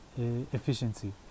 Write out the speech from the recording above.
Efficiency